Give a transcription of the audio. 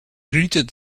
greeted